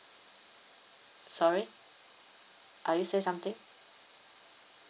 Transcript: sorry are you say something